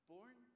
Born